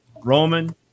Roman